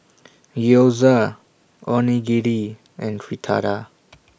Gyoza Onigiri and Fritada